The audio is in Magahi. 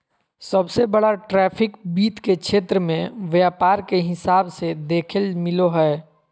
सबसे बड़ा ट्रैफिक वित्त के क्षेत्र मे व्यापार के हिसाब से देखेल मिलो हय